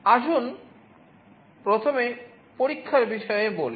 আসুন প্রথমে পরীক্ষার বিষয়ে বলি